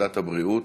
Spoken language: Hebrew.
לוועדת הבריאות